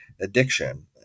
addiction